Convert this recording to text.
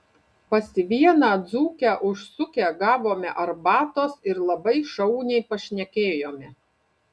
pas vieną dzūkę užsukę gavome arbatos ir labai šauniai pašnekėjome